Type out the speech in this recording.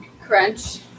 crunch